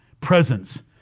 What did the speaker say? presence